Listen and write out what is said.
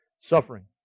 suffering